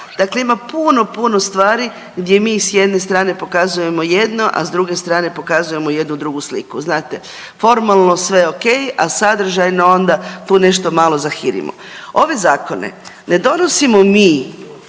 Dakle, ima puno, puno stvari gdje mi s jedne strane pokazujemo jedno, a s druge strane pokazujemo jednu drugu sliku. Znate formalno sve ok, a sadržajno tu nešto malo zahirimo. Ove zakone ne donosimo mi,